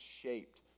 shaped